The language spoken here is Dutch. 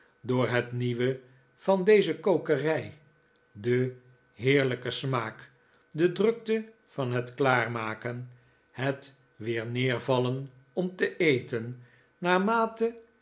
door het nieuwe van deze kokerij den heerlijken smaak de drukte van het klaarmaken het weer neervallen om te eten naarmate